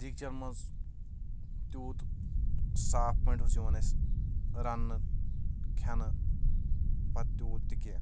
دیٖگچَن منٛز تِیوٗت صاف پٲٹھۍ اوس یِوان اسہِ رَننہٕ کھٮ۪نہٕ پَتہٕ تِیوٗت تہِ کیٚنٛہہ